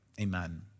amen